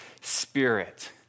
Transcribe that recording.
spirit